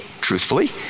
truthfully